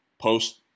post